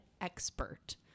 expert